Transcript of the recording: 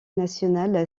nationale